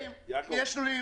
יש לולים